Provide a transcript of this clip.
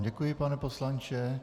Děkuji vám, pane poslanče.